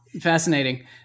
Fascinating